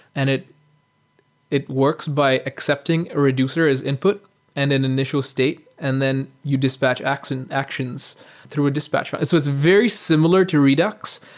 and it it works by accepting a reducer as input and an initial state, and then you dispatch actions actions through a dispatch. so it's very similar to redux,